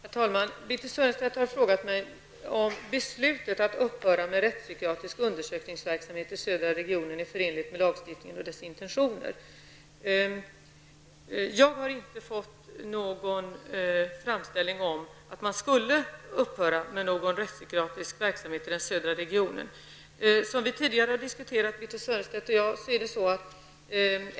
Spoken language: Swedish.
Herr talman! Birthe Sörestedt har frågat mig om beslutet att upphöra med rättspsykiatrisk undersökningsverksamhet i södra regionen är förenligt med lagstiftningen och dess intentioner. Jag har inte fått någon framställning om att man skulle upphöra med någon rättspsykiatrisk verksamhet i den södra regionen. Birthe Sörestedt och jag har tidigare diskuterat detta.